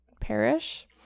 parish